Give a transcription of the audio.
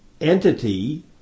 entity